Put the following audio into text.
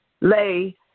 lay